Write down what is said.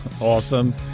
Awesome